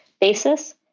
basis